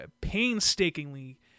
painstakingly